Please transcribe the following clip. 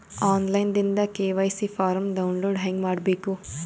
On line ದಿಂದ KYC form download ಹೇಂಗ ಮಾಡಬೇಕು?